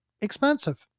expensive